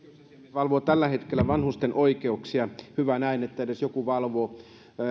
valvoo tällä hetkellä vanhusten oikeuksia hyvä näin että edes joku valvoo